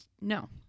No